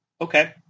okay